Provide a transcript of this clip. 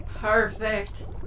Perfect